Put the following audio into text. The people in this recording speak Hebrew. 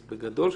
אז בגדול,